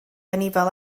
anifail